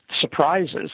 surprises